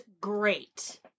great